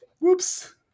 Whoops